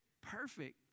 perfect